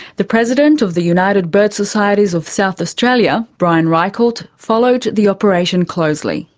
the president of the united bird societies of south australia, brian reichelt, followed the operation closely.